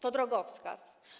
To drogowskaz.